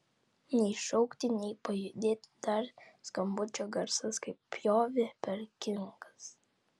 nei šaukti nei pajudėti dar skambučio garsas kaip pjovė per kinkas